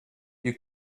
you